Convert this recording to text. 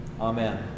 Amen